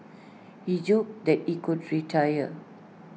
he joked that he would retire